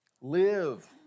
Live